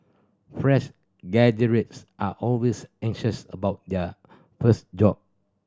fresh graduates are always anxious about their first job